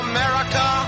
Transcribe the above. America